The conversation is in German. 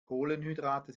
kohlenhydrate